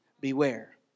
beware